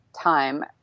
time